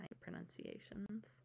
pronunciations